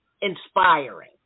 inspiring